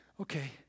Okay